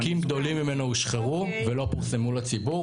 חלקים גדולים ממנו הושחרו ולא פורסמו לציבור.